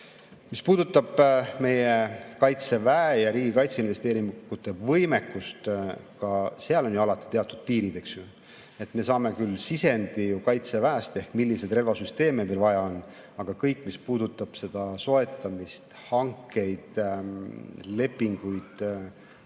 puudutab meie Kaitseväe ja Riigi Kaitseinvesteeringute Keskuse võimekust, siis ka seal on ju alati teatud piirid. Me saame küll sisendi Kaitseväest ehk selle, millised relvasüsteeme meil vaja on, aga kõik, mis puudutab seda soetamist, hankeid, lepinguid,